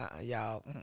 y'all